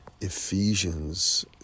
Ephesians